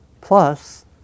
plus